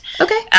Okay